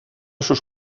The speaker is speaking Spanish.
sus